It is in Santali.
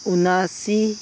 ᱩᱱᱟᱥᱤ